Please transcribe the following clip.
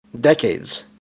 Decades